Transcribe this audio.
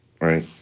right